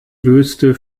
wüste